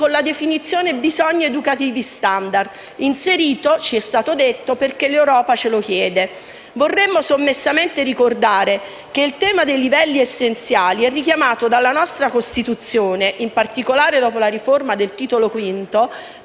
con la definizione «bisogni educativi *standard*» perché - ci è stato detto - è l'Europa a chiedercelo. Vorremmo sommessamente ricordare che il tema dei livelli essenziali è richiamato dalla nostra Costituzione, in particolare dopo la riforma del Titolo V,